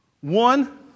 One